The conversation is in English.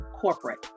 corporate